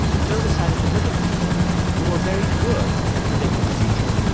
phil decided to look at people who were very good at predicting the future.